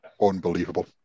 unbelievable